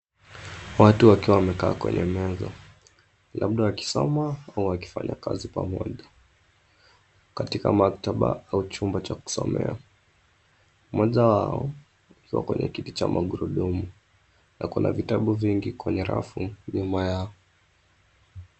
Watu wakiwa wamekaa kwenye meza, labda wakisoma au wakifanya kazi pamoja, katika maktaba au chumba cha kusomea. Mmoja wao akiwa kwenye kiti cha magurudumu na kuna vitabu vingi kwenye rafu nyuma yao.